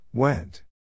Went